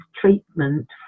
treatment